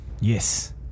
Yes